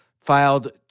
filed